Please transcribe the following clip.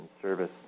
service